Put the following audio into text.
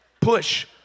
Push